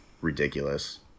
ridiculous